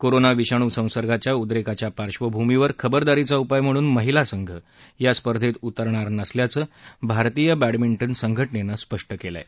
corona विषाणू संसर्गाच्या उद्रेकाच्या पार्श्वभूमीवर खबरदारीचा उपाय म्हणून महिला संघ या स्पर्धेत उतरणार नसल्याचं भारतीय बह्तमिंटन संघटनेनं स्पष्ट केलं आहे